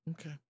Okay